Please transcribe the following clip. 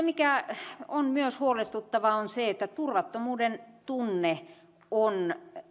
mikä on myös huolestuttavaa on se että turvattomuuden tunne on